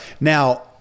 Now